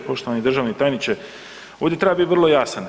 Poštovani državni tajniče, ovdje treba biti vrlo jasan.